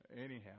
anyhow